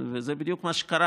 זה בדיוק מה שקרה.